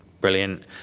brilliant